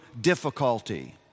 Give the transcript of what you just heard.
difficulty